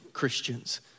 Christians